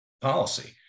policy